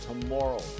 tomorrow